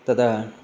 तदा